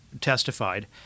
testified